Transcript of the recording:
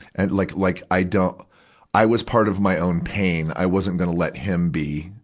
and, like, like, i don't i was part of my own pain. i wasn't gonna let him be.